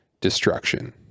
destruction